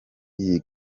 iyi